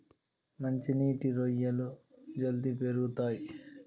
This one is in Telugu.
మంచి నీటి రొయ్యలు జల్దీ పెరుగుతయ్